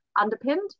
underpinned